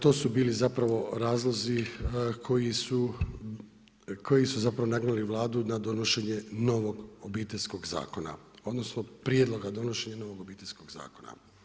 To su bili zapravo razlozi koji su zapravo nagnuli Vladu na donošenje novog Obiteljskog zakona, odnosno, prijedloga za donošenje novog Obiteljskog zakona.